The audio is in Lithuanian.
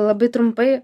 labai trumpai